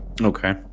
Okay